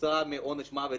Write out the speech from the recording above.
כתוצאה מעונש מוות.